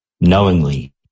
knowingly